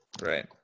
right